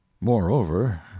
moreover